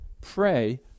pray